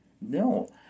No